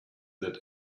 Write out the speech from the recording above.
that